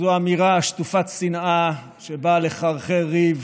זו אמירה שטופת שנאה שבאה לחרחר ריב,